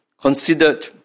considered